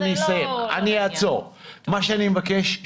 מה שאני מבקש,